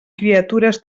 criatures